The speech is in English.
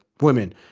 women